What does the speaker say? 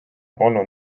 polnud